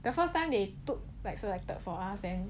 the first time they took like selected for us and